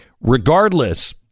regardless